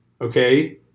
Okay